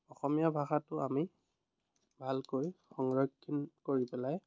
অসমীয়া ভাষাটো আমি ভালকৈ সংৰক্ষণ কৰি পেলাই